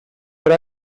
but